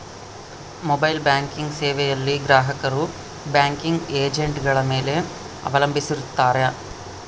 mobile banking ಸೇವೆಯಲ್ಲಿ ಗ್ರಾಹಕರು banking ಏಜೆಂಟ್ಗಳ ಮೇಲೆ ಅವಲಂಬಿಸಿರುತ್ತಾರ